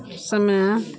समय